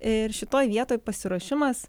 ir šitoj vietoj pasiruošimas